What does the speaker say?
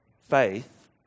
Faith